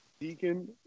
Deacon